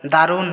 দারুন